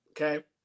Okay